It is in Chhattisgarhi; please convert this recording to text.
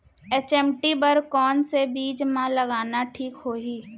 एच.एम.टी बर कौन से बीज मा लगाना ठीक होही?